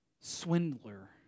swindler